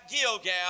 Gilgal